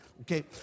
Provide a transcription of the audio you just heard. Okay